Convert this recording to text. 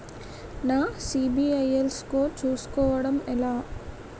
నా CIBIL score చుస్కోవడం ఎలా?